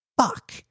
Fuck